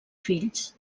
fills